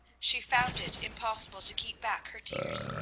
she found it impossible to keep back her tears,